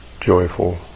joyful